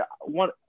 one